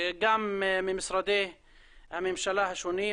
גם ממשרדי הממשלה השונים.